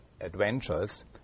adventures